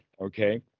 okay